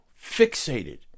fixated